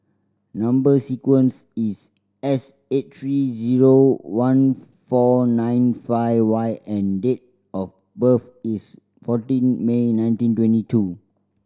number sequence is S eight three zero one four nine five Y and date of birth is fourteen May nineteen twenty two